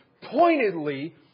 pointedly